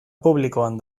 publikoan